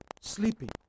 sleeping